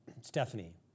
Stephanie